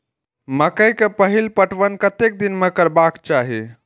मकेय के पहिल पटवन कतेक दिन में करबाक चाही?